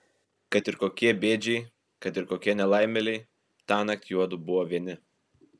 kad ir kokie bėdžiai kad ir kokie nelaimėliai tąnakt juodu buvo vieni